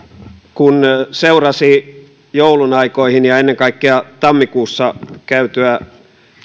kun seurasi joulun aikoihin ja ennen kaikkea tammikuussa käytyä